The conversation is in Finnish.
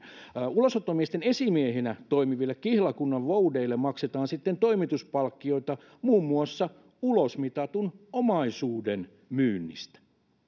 ulosottomiesten esimiehinä toimiville kihlakunnanvoudeille maksetaan sitten toimituspalkkioita muun muassa ulosmitatun omaisuuden myynnistä